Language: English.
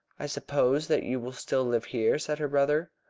i suppose that you will still live here? said her brother.